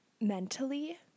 mentally